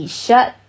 shut